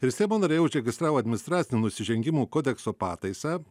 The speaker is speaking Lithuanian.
ir seimo nariai užregistravo administracinių nusižengimų kodekso pataisą